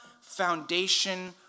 foundation